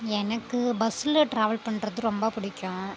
எனக்கு பஸ்ஸில் ட்ராவல் பண்ணுறது ரொம்ப பிடிக்கும்